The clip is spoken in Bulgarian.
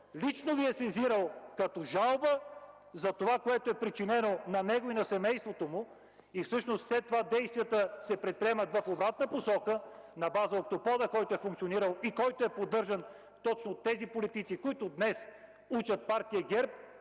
лично Ви е сезирал с жалба за това, което е причинено на него и на семейството му и след това се предприемат действия в обратна посока, на база „Октопода”, който е функционирал и който е поддържан точно от тези политици, които днес учат партия ГЕРБ,